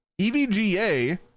EVGA